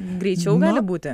greičiau gali būti